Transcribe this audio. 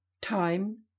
Time